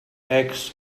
eggs